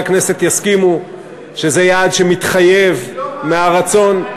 הכנסת יסכימו שזה יעד שמתחייב מהרצון.